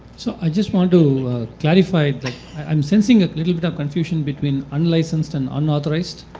so i just want to clarify that i'm sensing a little but confusion between unlicensed and unauthorized.